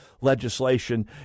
legislation